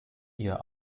ihr